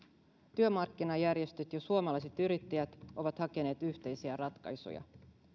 työmarkkinajärjestöt ja suomalaiset yrittäjät ovat hakeneet yhteisiä ratkaisuja